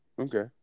Okay